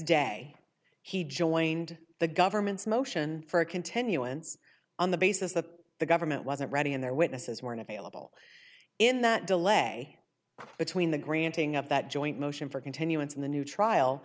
day he joined the government's motion for a continuance on the basis that the government wasn't ready and their witnesses weren't available in that delay between the granting of that joint motion for continuance and the new trial